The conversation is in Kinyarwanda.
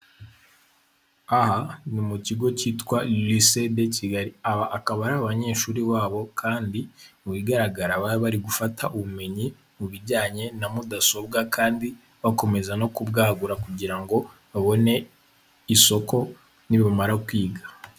Aha ni mu kigo cyitwa Lycee de Kigali. Aba akaba ari abanyeshuri babo kandi mu bigaragara baba bari gufata ubumenyi mu bijyanye na mudasobwa, kandi bakomeza no kubwagura kugira ngo babone isoko ni bamara kwiga.